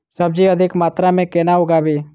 सब्जी अधिक मात्रा मे केना उगाबी?